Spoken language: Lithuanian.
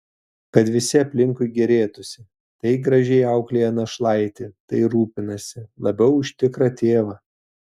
kad visi aplinkui gėrėtųsi tai gražiai auklėja našlaitį tai rūpinasi labiau už tikrą tėvą